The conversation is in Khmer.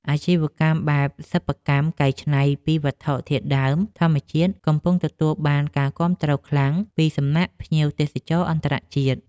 អាជីវកម្មបែបសិប្បកម្មកែច្នៃពីវត្ថុធាតុដើមធម្មជាតិកំពុងទទួលបានការគាំទ្រខ្លាំងពីសំណាក់ភ្ញៀវទេសចរអន្តរជាតិ។